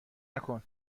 نکن